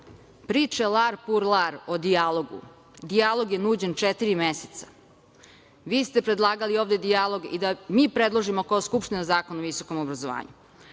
priče lar pur lar o dijalogu, dijalog je nuđen četiri meseca. Vi ste predlagali ovde dijalog i da mi predložimo, kao Skupština, zakon o visokom obrazovanju.